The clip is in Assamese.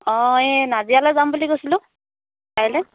অঁ এই নাজিৰালৈ যাম বুলি কৈছিলোঁ কাইলৈ